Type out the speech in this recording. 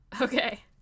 Okay